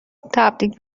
تبدیل